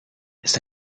sta